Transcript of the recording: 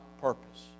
purpose